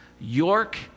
York